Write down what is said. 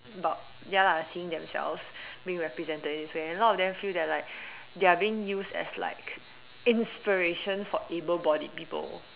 about ya lah seeing themselves being represented in this way and a lot of them feel that like they are being used as like inspiration for able bodied people